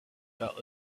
fell